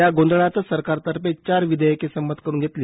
या गोंधळातच सरकारतर्फे चार विधेयके संमत करून घेतले